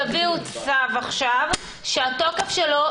בת מצווה,